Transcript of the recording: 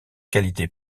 qualités